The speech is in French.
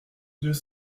deux